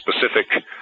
specific